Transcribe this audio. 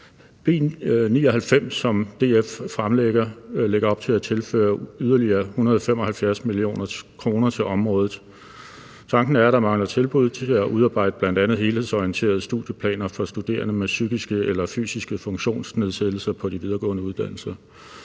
B 99, som DF har fremsat, lægger op til at tilføre yderligere 175 mio. kr. til området. Tanken er, at der mangler tilbud til at udarbejde bl.a. helhedsorienterede studieplaner for studerende med psykiske eller fysiske funktionsnedsættelser på de videregående uddannelser.